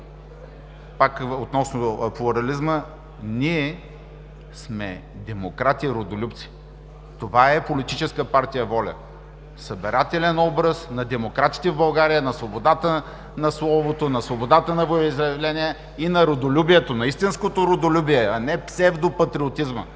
относно плурализма ние сме демократи родолюбци. Това е Политическа партия „Воля“ – събирателен образ на демократите в България, на свободата на словото, на свободата на волеизявление и на родолюбието, на истинското родолюбие, а не на псевдо патриотизма.